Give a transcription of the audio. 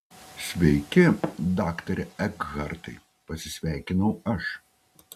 sveiki daktare ekhartai pasisveikinau aš